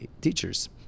teachers